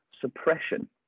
suppression